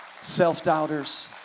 self-doubters